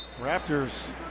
Raptors